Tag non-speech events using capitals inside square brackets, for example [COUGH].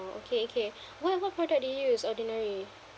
okay K [BREATH] what what product did you use ordinary